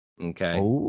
Okay